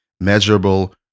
measurable